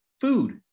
food